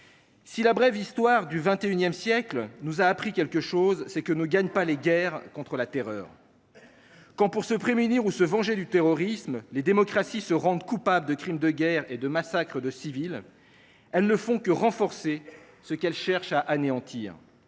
Si la brève histoire du XXI siècle nous a appris quelque chose, c’est que l’on ne gagne pas les guerres contre la terreur. Quand, pour se prémunir ou se venger du terrorisme, les démocraties se rendent coupables de crimes de guerre et de massacres de civils, elles ne font que renforcer ce qu’elles cherchent à anéantir.